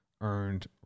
earned